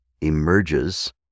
emerges